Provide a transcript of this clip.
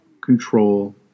control